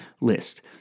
list